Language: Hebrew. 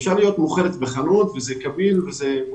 אפשר להיות מוכרת בחנות וזה מאוד נחמד,